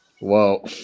Whoa